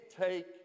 take